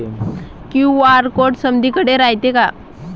QR code समदीकडे रायतो का?